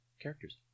characters